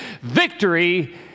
victory